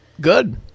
Good